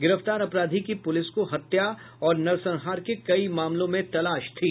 गिरफ्तार अपराधी की पुलिस को हत्या और नरसंहार के कई मामलों में तलाश थी